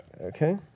Okay